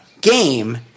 game